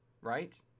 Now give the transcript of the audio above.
right